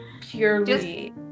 purely